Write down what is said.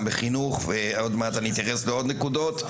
גם בחינוך ועוד מעט אני אתייחס לעוד נקודות,